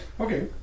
Okay